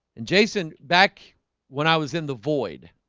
and jason back when i was in the void